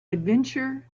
adventure